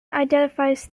identifies